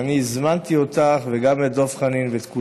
אבל אני הזמנתי אותך, וגם את דב חנין ואת כולם: